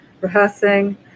rehearsing